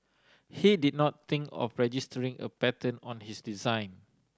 he did not think of registering a patent on his design